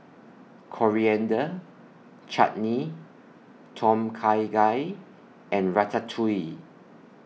Coriander Chutney Tom Kha Gai and Ratatouille